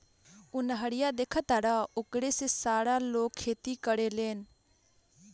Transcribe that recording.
उ नहरिया देखऽ तारऽ ओकरे से सारा लोग खेती करेलेन